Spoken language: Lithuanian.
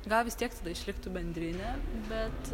gal vis tiek tada išliktų bendrinė bet